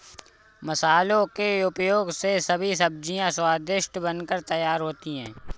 मसालों के उपयोग से सभी सब्जियां स्वादिष्ट बनकर तैयार होती हैं